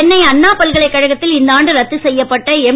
சென்னை அண்ணா பல்கலைக்கழகத்தில் இந்த ஆண்டு ரத்து செய்யப்பட்ட எம்